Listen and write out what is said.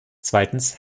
zweitens